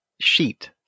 sheet